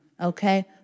okay